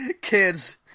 kids